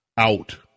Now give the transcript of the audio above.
out